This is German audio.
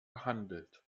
behandelt